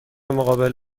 مقابل